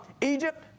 Egypt